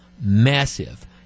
massive